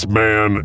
man